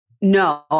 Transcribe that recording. No